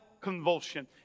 convulsion